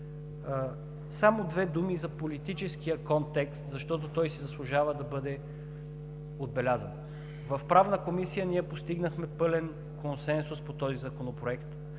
Само две думи за политическия контекст, защото той си заслужава да бъде отбелязан. В Правната комисия ние постигнахме пълен консенсус по този законопроект